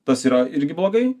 tas yra irgi blogai